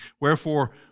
wherefore